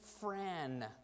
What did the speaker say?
Fran